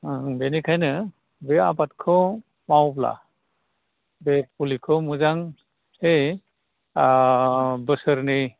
बेनिखायनो बे आबादखौ मावब्ला बे फुलिखौ मोजां बे बोसोरनै